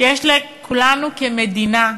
שיש לכולנו, כמדינה,